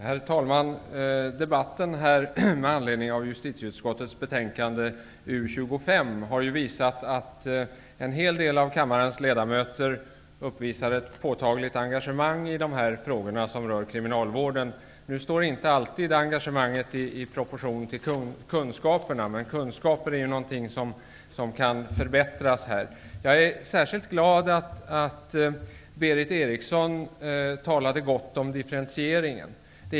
Herr talman! Av debatten här med anledning av justitieutskottets betänkande JuU25 framgår att en hel del av kammarens ledamöter uppvisar ett påtagligt engagemang i de här frågorna om kriminalvården. Engagemanget står dock inte alltid i proportion till kunskaperna. Men kunskaper är ju något som kan förbättras. Jag är särskilt glad över att Berith Eriksson talade så väl om differentieringen.